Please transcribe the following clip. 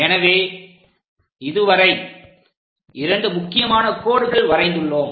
எனவே இதுவரை இரண்டு முக்கியமான கோடுகள் வரைந்துள்ளோம்